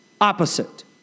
opposite